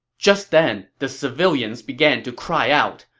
just then, the civilians began to cry out.